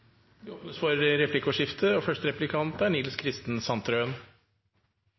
blir replikkordskifte. Representanten Nils Kristen Sandtrøen